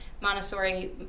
montessori